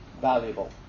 valuable